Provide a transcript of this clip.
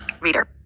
reader